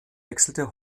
wechselte